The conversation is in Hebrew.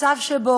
יש מצב שבו